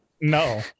No